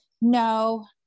No